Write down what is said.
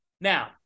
Now